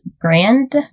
grand